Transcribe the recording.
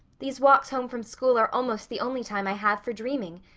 these walks home from school are almost the only time i have for dreaming.